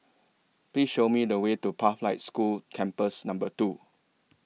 Please Show Me The Way to Pathlight School Campus Number two